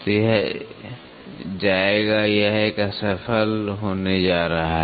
तो यह जाएगा यह एक असफल होने जा रहा है